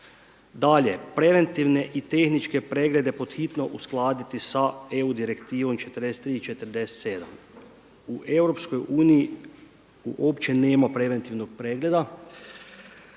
Dalje, preventivne i tehničke preglede pod hitno uskladiti sa EU direktivom 43 i 47. U EU uopće nema preventivnog pregleda